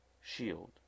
shield